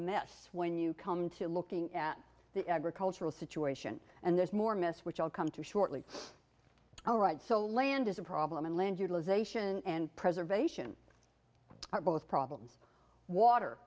mess when you come to looking at the agricultural situation and there's more mist which i'll come to shortly all right so land is a problem and land utilization and preservation are both problems water